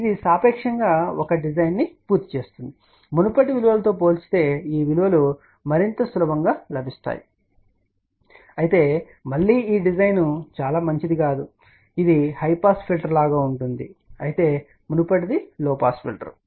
ఇది సాపేక్షంగా ఒక డిజైన్ను పూర్తి చేస్తుంది మునుపటి విలువలతో పోల్చితే ఈ విలువలు మరింత సులభంగా లభిస్తాయి అయితే మళ్ళీ ఈ డిజైన్ చాలా మంచి డిజైన్ కాదు ఇది హై పాస్ ఫిల్టర్ లాగా ఉంటుంది అయితే మునుపటిది లోపాస్ ఫిల్టర్